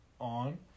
on